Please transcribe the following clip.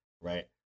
right